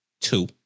Two